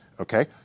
okay